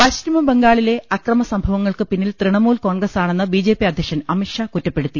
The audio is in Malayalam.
പശ്ചിമ ബംഗാളിലെ അക്രമസംഭവങ്ങൾക്കു പിന്നിൽ തൃണ മൂൽ കോൺഗ്രസാണെന്ന് ബിജെപി അധ്യക്ഷൻ അമിത് ഷാ കുറ്റ പ്പെടുത്തി